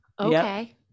Okay